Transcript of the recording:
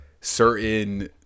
certain